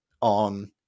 on